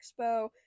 Expo